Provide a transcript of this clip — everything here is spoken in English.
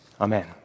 Amen